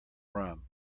rum